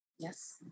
Yes